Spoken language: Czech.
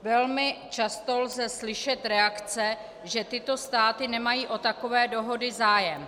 Velmi často lze slyšet reakce, že tyto státy nemají o takové dohody zájem.